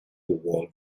wall